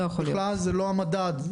זה לא המדד.